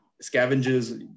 scavengers